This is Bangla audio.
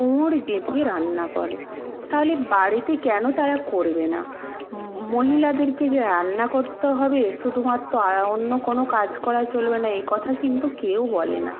কোমর বেঁধে রান্না করে তাহলে বাড়িতে কেন তারা করবে না মহিলাদেরকে যে রান্না করতে হবে শুদুমাত্র আর অন্য কোনো কাজ করা চলবে না এ কথা কিন্তু কেউ বলে না